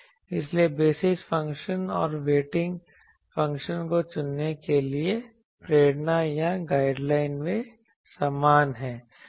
इसलिए basis function और weighting function को चुनने के लिए प्रेरणा या गाइडलाइन वे समान हैं